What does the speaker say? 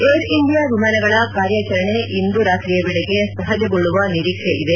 Air India ವಿಮಾನಗಳ ಕಾರ್ಯಾಚರಣೆ ಇಂದು ರಾತ್ರಿಯ ವೇಳೆಗೆ ಸಹಜಗೊಳ್ಳುವ ನಿರೀಕ್ಷೆ ಇದೆ